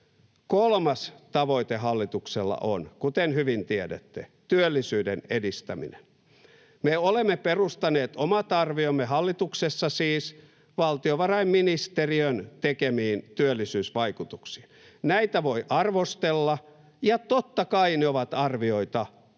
Kolmas tavoite hallituksella on, kuten hyvin tiedätte, työllisyyden edistäminen. Me olemme perustaneet omat arviomme hallituksessa valtiovarainministeriön tekemiin työllisyysvaikutuksiin. Näitä voi arvostella, ja totta kai ne ovat arvioita —